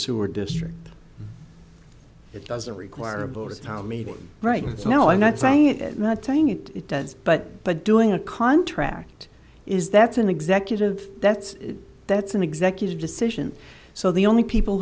sewer district it doesn't require a bogus town meeting right so no i'm not saying it not taking it it does but but doing a contract is that's an executive that's that's an executive decision so the only people